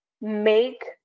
make